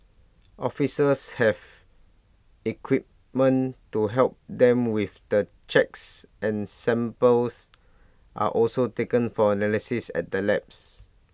officers have equipment to help them with the checks and samples are also taken for analysis at the labs